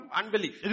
unbelief